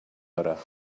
hora